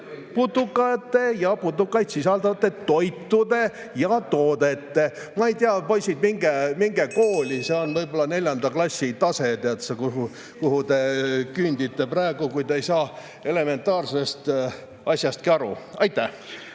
"Putukate ja putukaid sisaldavate toitude ja toodete …" Ma ei tea, poisid, minge kooli! See on võib-olla neljanda klassi tase, kuhu te küündite praegu, kui te ei saa elementaarsestki asjast aru. Teie